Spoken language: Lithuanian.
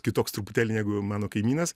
kitoks truputėlį negu mano kaimynas